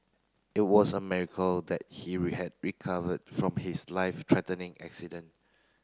it was a miracle that he recovered from his life threatening accident